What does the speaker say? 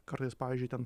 kartais pavyzdžiui ten